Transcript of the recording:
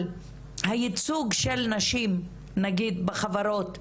הייצוג של נשים נגיד בחברות הממשלתיות,